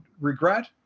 regret